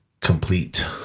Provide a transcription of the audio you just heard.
complete